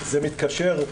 זה מתקשר,